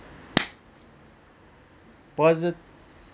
positive